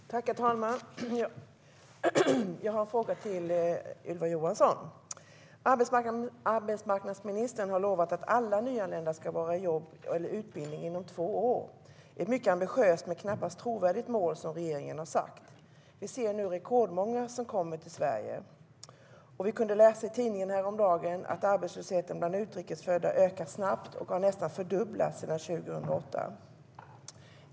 Herr talman! Jag har en fråga till Ylva Johansson. Arbetsmarknadsministern har lovat att alla nyanlända ska vara i jobb eller utbildning inom två år. Det är ett mycket ambitiöst, men knappast trovärdigt, mål som regeringen har satt upp. Vi ser nu att det kommer rekordmånga till Sverige. Häromdagen kunde vi läsa i tidningen att arbetslösheten bland utrikes födda ökar snabbt och nästan har fördubblats sedan 2008.